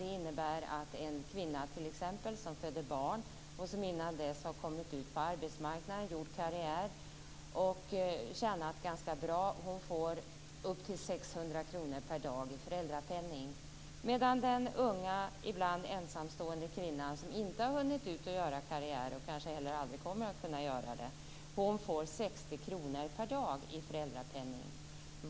Det innebär att en kvinna som innan hon föder barn har kommit ut på arbetsmarknaden, gjort karriär och tjänat ganska bra får upp till 600 kr per dag i föräldrapenning. Den unga ibland ensamstående kvinna som inte har hunnit ut på arbetsmarknaden och gjort karriär, och kanske aldrig kommer att kunna göra det, får 60 kr per dag i föräldrapenning.